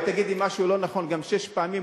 אם תגידי משהו לא נכון גם שש פעמים,